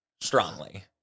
Strongly